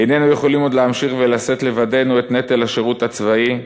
איננו יכולים עוד להמשיך לשאת לבדנו את נטל השירות הצבאי,